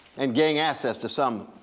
and gaining access to some